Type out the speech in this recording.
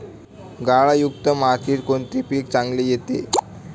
गाळयुक्त मातीत कोणते पीक चांगले येते?